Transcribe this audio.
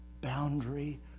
boundary